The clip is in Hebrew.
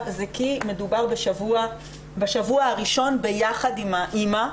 היא כי מדובר בשבוע הראשון ביחד עם האימא,